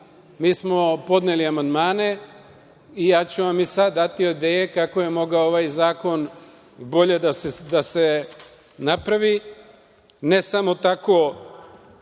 Mi smo podneli amandmane i ja ću vam i sada dati ideje kako je mogao ovaj zakon bolje da se napravi, ne samo tako